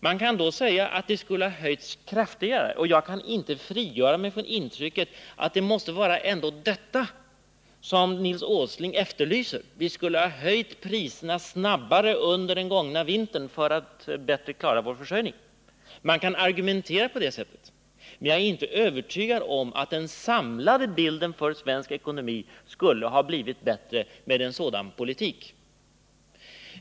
Man kan säga att de skulle ha höjts kraftigare, och jag kan inte frigöra mig från intrycket att det ändå måste vara detta som Nils Åsling efterlyser: vi skulle ha höjt priserna snabbare under den gångna vintern för att bättre klara vår försörjning. Man kan argumentera på det sättet, men jag är inte övertygad om att trygga tillgången på olja att den samlade bilden för svensk ekonomi skulle ha blivit bättre med en sådan politik.